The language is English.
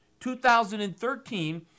2013